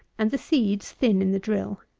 and the seeds thin in the drill.